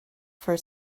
for